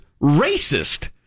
racist